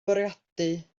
bwriadu